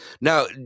Now